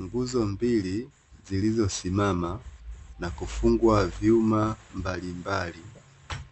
Nguzo mbili zilizo simama na kufungwa vyuma mbalimbali,